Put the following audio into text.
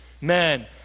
man